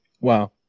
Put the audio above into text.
Wow